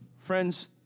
Friends